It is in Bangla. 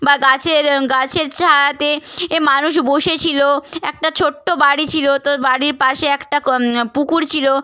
বা গাছের গাছের ছায়াতে এ মানুষ বসেছিল একটা ছোট্ট বাড়ি ছিল তো বাড়ির পাশে একটা পুকুর ছিল